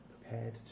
...prepared